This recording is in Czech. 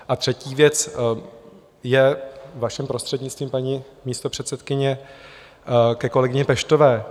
A třetí věc je, vaším prostřednictvím, paní místopředsedkyně, ke kolegyni Peštové.